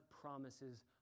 promises